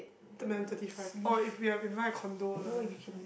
when I'm thirty five oh if we have if we buy a condo lah